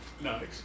Nice